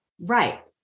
Right